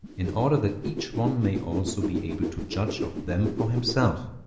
in order that each one may also be able to judge of them for himself,